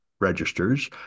registers